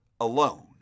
alone